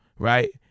right